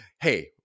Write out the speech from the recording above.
hey